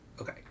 Okay